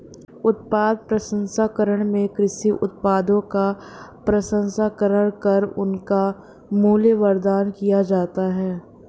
उत्पाद प्रसंस्करण में कृषि उत्पादों का प्रसंस्करण कर उनका मूल्यवर्धन किया जाता है